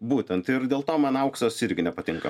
būtent ir dėl to man auksas irgi nepatinka